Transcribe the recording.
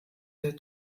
der